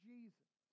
Jesus